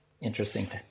interesting